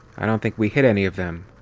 i don't think we hit any of them.